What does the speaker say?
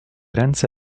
ręce